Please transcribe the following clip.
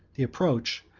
the approach,